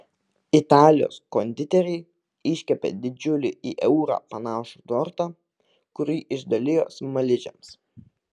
italijos konditeriai iškepė didžiulį į eurą panašų tortą kurį išdalijo smaližiams